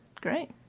Great